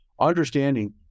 understanding